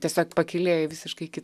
tiesiog pakylėja į visiškai kit